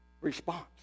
response